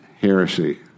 heresy